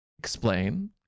Explain